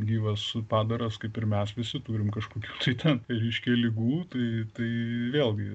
gyvas padaras kaip ir mes visi turim kažkokių tai ten reiškia ligų tai tai vėlgi